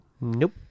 Nope